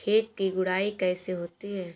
खेत की गुड़ाई कैसे होती हैं?